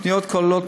הפניות כוללות,